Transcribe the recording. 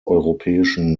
europäischen